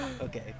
Okay